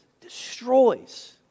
destroys